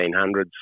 1800s